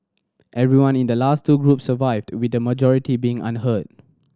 everyone in the last two groups survived with a majority being unhurt